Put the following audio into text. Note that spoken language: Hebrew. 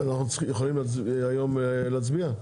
אנחנו יכולים היום להצביע?